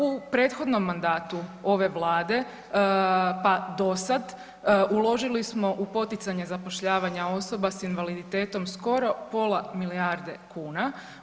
U prethodnom mandatu ove Vlade pa dosada uložili smo u poticanje zapošljavanja osoba s invaliditetom skoro pola milijarde kuna.